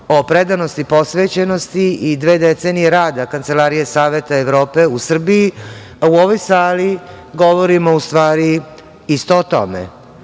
o predanosti i posvećenosti i dve decenije rada Kancelarije Saveta Evrope u Srbiji, a u ovoj sali govorimo u stvari isto o tome